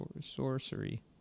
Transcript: Sorcery